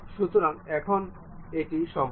সুতরাং এখন এটি সম্পূর্ণ